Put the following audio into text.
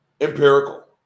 Empirical